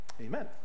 amen